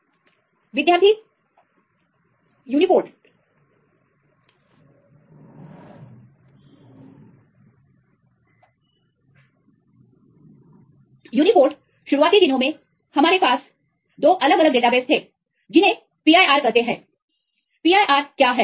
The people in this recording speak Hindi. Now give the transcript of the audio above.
तो इस मामले में एक भाग पूरा हुआ फिर यदि आप कोई विशिष्ट प्रोटीन लेते हैं तो आप देख सकते हैं कि उसके पास या तो विशिष्ट सीक्वेंस है या कुछ विशिष्ट स्ट्रक्चरस जिनकी जानकारी X ray crystallography NMR spectroscopy ray crystallographyNMR spectroscopy से मिलती है में हमारे पास दो अलग अलग डेटाबेसेस थे जिन्हें PIRकहते हैं PIR क्या है